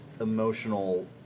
emotional